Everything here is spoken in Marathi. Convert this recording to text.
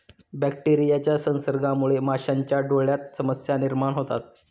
बॅक्टेरियाच्या संसर्गामुळे माशांच्या डोळ्यांत समस्या निर्माण होतात